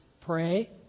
pray